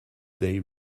they